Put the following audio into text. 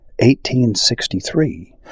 1863